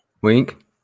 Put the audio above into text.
Wink